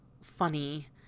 funny